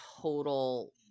total